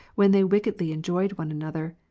when they wickedly enjoyed one another,